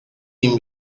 him